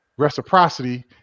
reciprocity